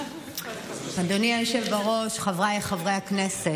אדוני היושב בראש, חבריי חברי הכנסת,